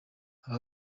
aba